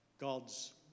God's